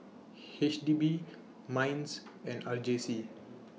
H D B Minds and R J C